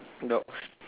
dogs